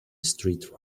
street